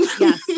Yes